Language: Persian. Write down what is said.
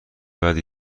بدی